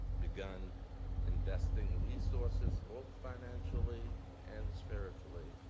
begun investing resources both financially and spiritually,